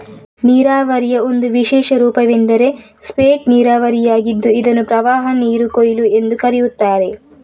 ನೀರಾವರಿಯ ಒಂದು ವಿಶೇಷ ರೂಪವೆಂದರೆ ಸ್ಪೇಟ್ ನೀರಾವರಿಯಾಗಿದ್ದು ಇದನ್ನು ಪ್ರವಾಹನೀರು ಕೊಯ್ಲು ಎಂದೂ ಕರೆಯುತ್ತಾರೆ